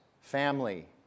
family